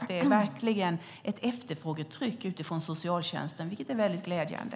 Det är verkligen ett efterfrågetryck från socialtjänsten, vilket är väldigt glädjande.